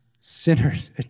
sinners